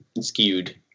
skewed